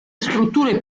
strutture